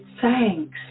thanks